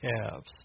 calves